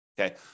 okay